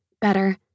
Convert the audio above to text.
better